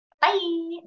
Bye